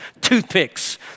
toothpicks